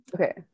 okay